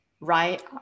right